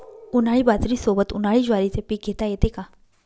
उन्हाळी बाजरीसोबत, उन्हाळी ज्वारीचे पीक घेता येते का?